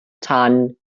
tan